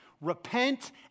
Repent